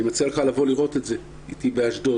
אני מציע לך לבוא לראות את זה איתי באשדוד,